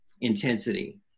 intensity